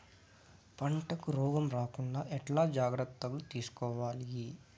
పంటకు రోగం రాకుండా ఎట్లా జాగ్రత్తలు తీసుకోవాలి?